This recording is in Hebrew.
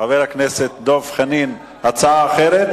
חבר הכנסת דב חנין, הצעה אחרת,